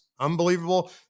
unbelievable